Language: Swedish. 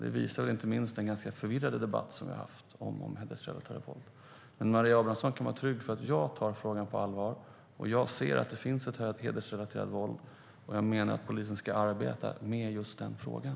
Det visar inte minst den förvirrade debatten om hedersrelaterat våld. Maria Abrahamsson kan vara trygg i att jag tar frågan på allvar. Jag ser att det finns hedersrelaterat våld. Jag menar att polisen ska arbeta med just den frågan.